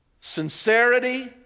sincerity